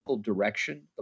direction